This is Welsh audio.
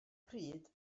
pryd